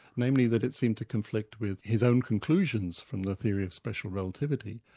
namely that it seemed to conflict with his own conclusions from the theory of special relativity.